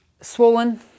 Swollen